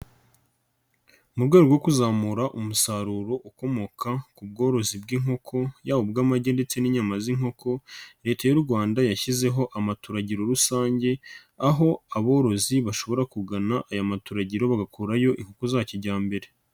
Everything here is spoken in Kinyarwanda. Mu rwego rwo kuzamura umusaruro ukomoka ku bworozi bw'inkoko yaba ubw'amagi ndetse n'inyama z'inkoko, leta y'u Rwanda yashyizeho amaturagiro rusange, aho aborozi bashobora kugana aya maturagiro bagakurayo inkoko za kijyambere.